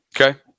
Okay